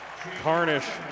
Carnish